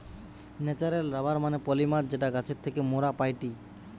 natural rubber মানে polymer যেটা গাছের থেকে মোরা পাইটি